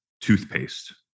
toothpaste